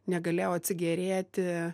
negalėjau atsigėrėti